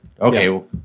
okay